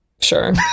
sure